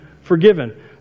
forgiven